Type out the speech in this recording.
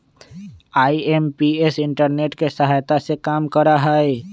IMPS internet के सहायता से काम करा हई